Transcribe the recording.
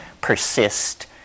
persist